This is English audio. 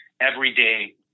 everyday